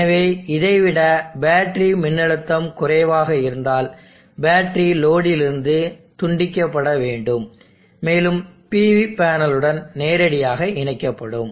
எனவே இதை விட பேட்டரி மின்னழுத்தம் குறைவாக இருந்தால் பேட்டரி லோடிலிருந்து துண்டிக்கப்பட வேண்டும் மேலும் இது PV பேனலுடன் நேரடியாக இணைக்கப்படும்